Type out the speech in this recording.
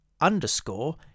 underscore